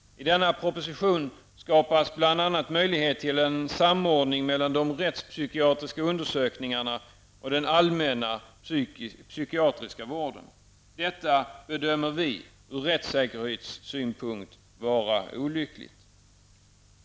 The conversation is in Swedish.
denna proposition skapas bl.a. möjlighet till en samordning mellan de rättspsykiatriska undersökningarna och den allmänna psykiatriska vården. Detta bedömer vi, ur rättssäkerhetssynpunkt, vara olyckligt.